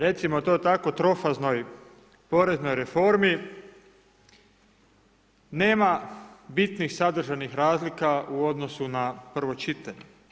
U toj, recimo to tako, trofaznoj poreznoj reformi nema bitnih sadržanih razlika u odnosu na prvo čitanje.